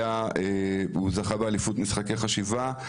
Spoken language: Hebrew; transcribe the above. הוא זכה באליפות משחקי חשיבה,